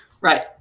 Right